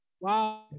wow